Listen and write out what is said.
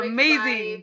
Amazing